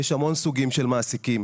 יש המון סוגים של מעסיקים.